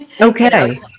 Okay